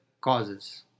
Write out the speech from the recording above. causes